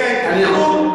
בערכי ההתיישבות,